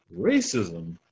Racism